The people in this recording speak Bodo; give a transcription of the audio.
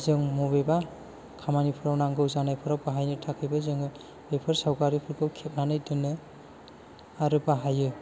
जों बबेबा खामानिफोराव नांगौ जानायफोराव बाहायनो थाखैबो जोङो बेफोर सावगारिफोरखौ खेबनानै दोनो आरो बाहायो